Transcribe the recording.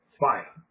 fire